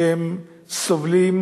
שסובלים